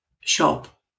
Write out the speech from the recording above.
shop